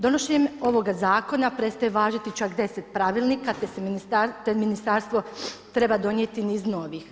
Donošenjem ovoga zakona prestaje važiti čak 10 pravilnika te ministarstvo treba donijeti niz novih.